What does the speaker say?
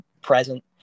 present